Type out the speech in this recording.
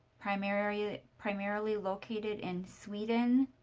primarily ah primarily located in sweden,